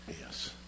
Yes